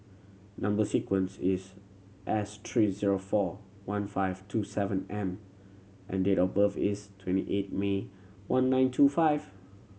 number sequence is S three zero four one five two seven M and date of birth is twenty eight May one nine two five